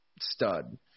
Stud